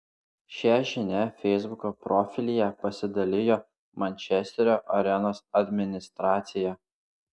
šia žinia feisbuko profilyje pasidalijo mančesterio arenos administracija